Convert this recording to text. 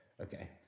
Okay